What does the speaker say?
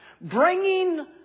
Bringing